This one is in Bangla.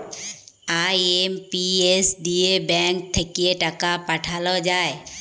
আই.এম.পি.এস দিয়ে ব্যাঙ্ক থাক্যে টাকা পাঠাল যায়